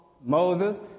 Moses